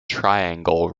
triangle